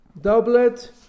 doublet